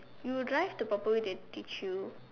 you drive the proper way they teach you